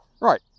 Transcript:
Right